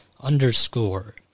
underscore